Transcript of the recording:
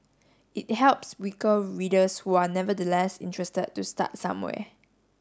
it helps weaker readers who are nevertheless interested to start somewhere